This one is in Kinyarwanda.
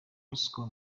ruswa